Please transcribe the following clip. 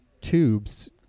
tubes